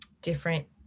different